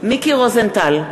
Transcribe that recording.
מיקי רוזנטל,